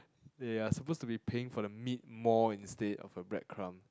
ya supposed to be paying for the meat more instead of the breadcrumb